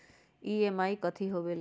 EMI कथी होवेले?